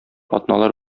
атналар